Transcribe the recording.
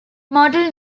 model